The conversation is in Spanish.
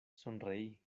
sonreí